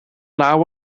naw